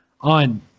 on